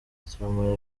stromae